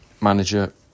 manager